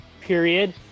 period